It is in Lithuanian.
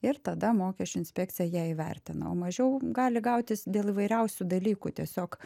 ir tada mokesčių inspekcija ją įvertina o mažiau gali gautis dėl įvairiausių dalykų tiesiog